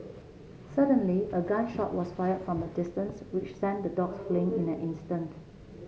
suddenly a gun shot was fire from a distance which sent the dogs fleeing in an instant